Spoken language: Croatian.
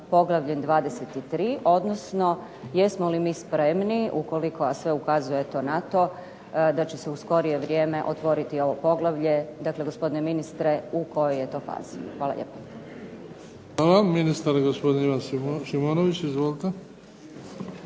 poglavljem 23., odnosno jesmo li mi spremni ukoliko, a sve ukazuje na to da će se u skorije vrijeme otvoriti ovo poglavlje, dakle gospodine ministre u kojoj je to fazi? Hvala lijepo. **Bebić, Luka (HDZ)** Hvala. Ministar gospodin Ivan Šimonović. Izvolite.